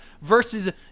versus